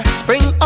spring